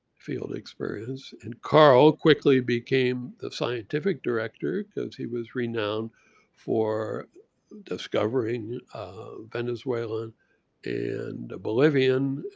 field experience. and carl quickly became the scientific director because he was renowned for discovering venezuelan and bolivian,